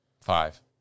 Five